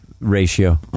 ratio